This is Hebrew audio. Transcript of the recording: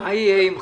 מה יהיה אם,